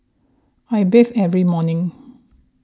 I bathe every morning